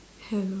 hello